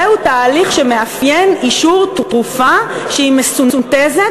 זהו תהליך שמאפיין אישור תרופה שהיא מסונתזת